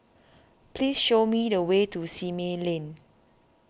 please show me the way to Simei Lane